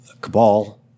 Cabal